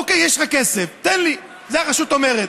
אוקיי, יש לך כסף, תן לי, את זה הרשות אומרת.